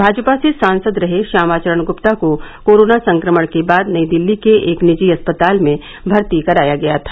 भाजपा से सांसद रहे श्यामाचरण गुप्ता को कोरोना संक्रमण के बाद नई दिल्ली के एक निजी अस्पताल में भर्ती कराया गया था